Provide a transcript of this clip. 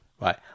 Right